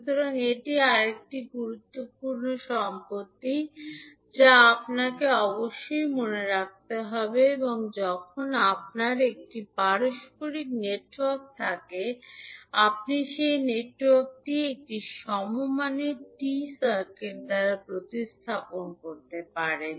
সুতরাং এটি আরেকটি গুরুত্বপূর্ণ সম্পত্তি যা আপনাকে অবশ্যই মনে রাখতে হবে এবং যখন আপনার একটি পারস্পরিক নেটওয়ার্ক থাকে আপনি সেই নেটওয়ার্কটি একটি সমমানের টি সার্কিট দ্বারা প্রতিস্থাপন করতে পারেন